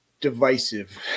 divisive